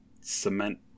cement